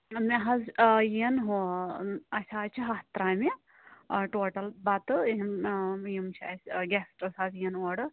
مےٚ حظ یِنۍ ہُہ اَسہِ حظ چھِ ہتھ ترٛامہِ ٹوٹل بتہٕ یِم چھِ اَسہِ گٮ۪سٹٕس حظ یِنۍ اوڈٕ